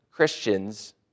Christians